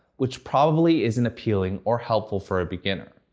which probably isn't appealing or helpful for a beginner.